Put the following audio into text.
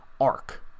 arc